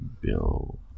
Bill